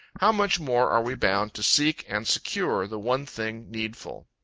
how much more are we bound to seek and secure the one thing needful.